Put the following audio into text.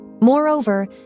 Moreover